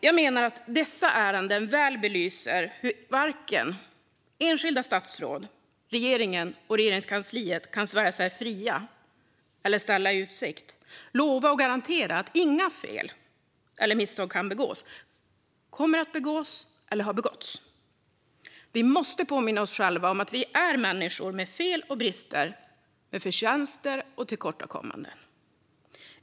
Jag menar att dessa ärenden väl belyser hur varken enskilda statsråd, regeringen eller Regeringskansliet kan svära sig fria eller ställa i utsikt, lova eller garantera att inga fel eller misstag kan begås, kommer att begås eller har begåtts. Vi måste påminna oss själva om att vi är människor med fel och brister, med förtjänster och tillkortakommanden.